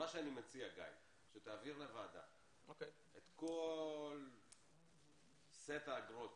אני מציע שתעביר לוועדה את כל סט האגרות